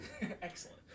excellent